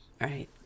Right